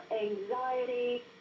anxiety